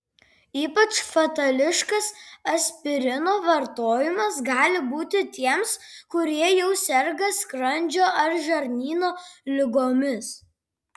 ypač fatališkas aspirino vartojimas gali būti tiems kurie jau serga skrandžio ar žarnyno ligomis